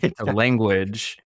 language